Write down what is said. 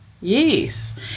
yes